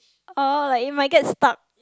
oh like it might get stuck